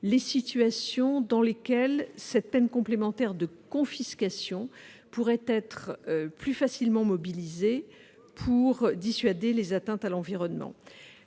les situations dans lesquelles cette peine complémentaire de confiscation pourrait être plus facilement mobilisée pour dissuader les atteintes à l'environnement.